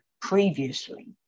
previously